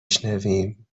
شنویم